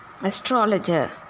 Astrologer